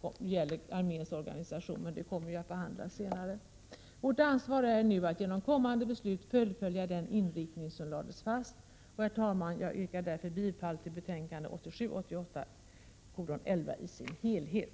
vad gäller bl.a. arméns organisation, men detta kommer ju att behandlas senare. Vårt ansvar är nu att genom kommande beslut fullfölja den inriktning som lades fast. Jag yrkar därför bifall till hemställan i betänkandet 1987/88:11 i dess helhet.